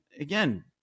again